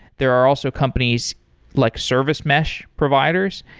there are also companies like service mesh providers,